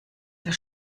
der